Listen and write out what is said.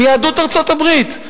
מיהדות ארצות-הברית,